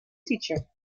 teacher